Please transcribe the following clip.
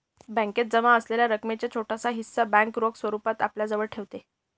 बॅकेत जमा असलेल्या रकमेचा छोटासा हिस्सा बँक रोख स्वरूपात आपल्याजवळ ठेवते